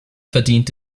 verdient